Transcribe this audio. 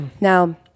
now